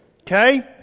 Okay